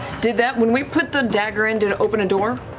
did that, when we put the dagger in, did it open a door?